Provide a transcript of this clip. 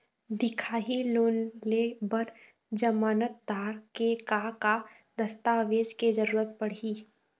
दिखाही लोन ले बर जमानतदार के का का दस्तावेज के जरूरत पड़ही?